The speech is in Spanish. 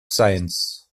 science